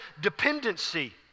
dependency